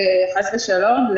וחס ושלום,